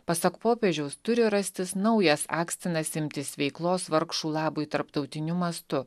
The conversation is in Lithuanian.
pasak popiežiaus turi rastis naujas akstinas imtis veiklos vargšų labui tarptautiniu mastu